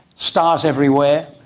stars everywhere.